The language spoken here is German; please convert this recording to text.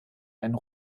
einen